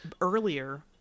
earlier